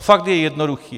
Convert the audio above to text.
Fakt je jednoduchý.